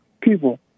people